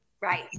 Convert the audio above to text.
right